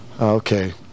Okay